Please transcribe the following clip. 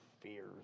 fears